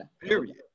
period